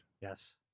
Yes